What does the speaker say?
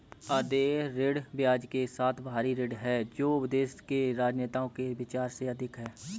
अदेय ऋण ब्याज के साथ बाहरी ऋण है जो देश के राजनेताओं के विचार से अधिक है